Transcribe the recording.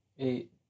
Eight